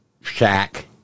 shack